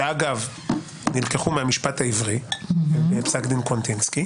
שאגב נלקחו מהמשפט העברי בפסק דין קוונטינסקי